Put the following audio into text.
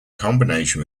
combination